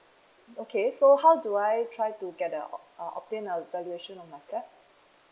okay so how do I try to get the ob~ uh obtain a valuation of my flat